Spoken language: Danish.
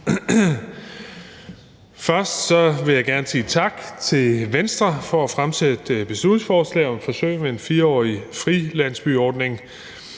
Først vil jeg gerne sige tak til Venstre for at fremsætte et beslutningsforslag om et forsøg med en 4-årig frilandsbyordning.